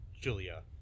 Julia